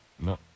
No